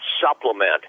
supplement